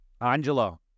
angela